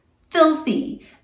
filthy